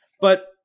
But-